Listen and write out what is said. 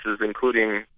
including